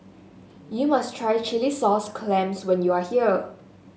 you must try Chilli Sauce Clams when you are here